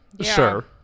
sure